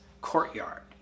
courtyard